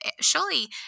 surely